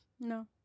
No